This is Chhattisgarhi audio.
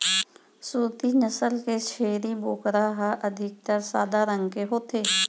सूरती नसल के छेरी बोकरा ह अधिकतर सादा रंग के होथे